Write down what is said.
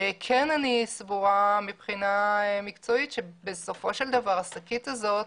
אני כן סבורה מבחינה מקצועית שבסופו של דבר השקית הזאת